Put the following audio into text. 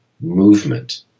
movement